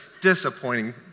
disappointing